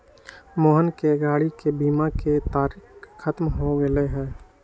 मोहन के गाड़ी के बीमा के तारिक ख़त्म हो गैले है